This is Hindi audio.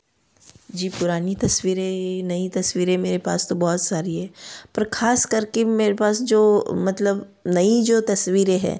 जी पुरानी तस्वीरें नई तस्वीर मेरे पास तो बहुत सारी हैं पर खास करके मेरे पास जो मतलब नई जो तस्वीरें हैं